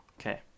Okay